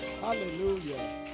Hallelujah